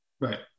right